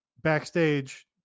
backstage